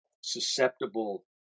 susceptible